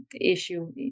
issue